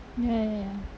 ya ya ya